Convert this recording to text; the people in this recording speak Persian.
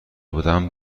بودم